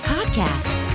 Podcast